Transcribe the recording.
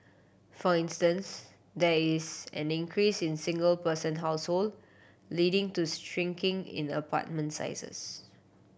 for instance there is an increase in single person household leading to shrinking in the apartment sizes